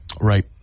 right